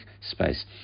space